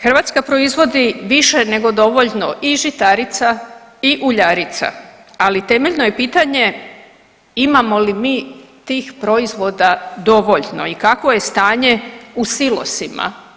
Hrvatska proizvodi više nego dovoljno i žitarica i uljarica, ali temeljno je pitanje imamo li mi tih proizvoda dovoljno i kakvo je stanje u silosima?